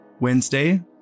Wednesday